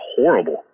horrible